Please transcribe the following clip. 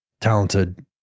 talented